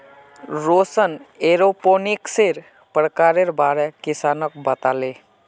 रौशन एरोपोनिक्सेर प्रकारेर बारे किसानक बताले